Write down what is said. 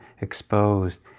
exposed